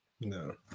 No